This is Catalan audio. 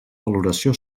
valoració